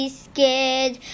scared